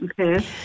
Okay